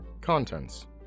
Contents